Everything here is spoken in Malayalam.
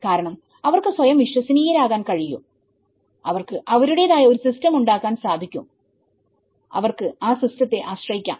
കാരണം അവർക്ക് സ്വയം വിശ്വസനീയരാകാൻ കഴിയും അവർക്ക് അവരുടേതായ ഒരു സിസ്റ്റം ഉണ്ടാക്കാൻ സാധിക്കും അവർക്ക് ആ സിസ്റ്റത്തെ ആശ്രയിക്കാം